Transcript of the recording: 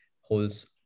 holds